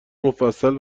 مفصل